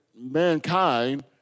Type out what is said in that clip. mankind